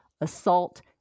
assault